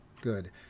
Good